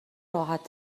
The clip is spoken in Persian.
راحت